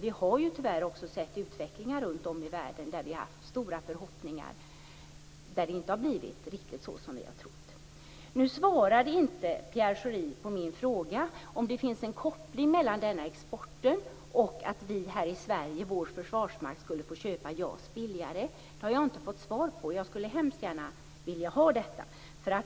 Vi har ju tyvärr också sett utveckling runtom i världen på ställen där vi har haft stora förhoppningar, men där det inte har blivit riktigt så som vi har trott. Nu svarar inte Pierre Schori på min fråga om det finns en koppling mellan denna export och att Försvarsmakten här i Sverige skulle få köpa JAS billigare. Det har jag inte fått svar på, men jag skulle hemskt gärna vilja ha detta.